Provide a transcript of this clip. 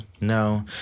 No